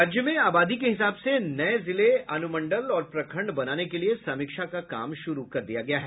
राज्य में आबादी के हिसाब से नये जिले अनुमंडल और प्रखंड बनाने के लिए समीक्षा का काम शुरू किया जायेगा